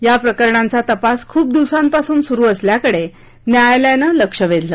याप्रकरणांचा तपास खूप दिवसांपासून सुरु असल्याकडे न्यायालयानं लक्ष वेधलं